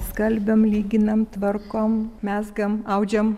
skalbiam lyginam tvarkom mezgam audžiam